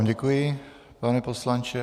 Děkuji vám, pane poslanče.